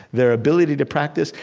their ability to practice,